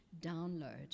download